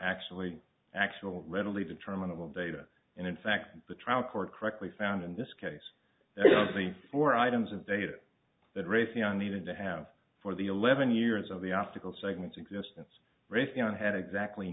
actually actual readily determinable data and in fact the trial court correctly found in this case the four items of data that raytheon needed to have for the eleven years of the optical segments existence raytheon had exactly